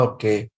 Okay